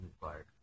required